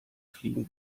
fliegen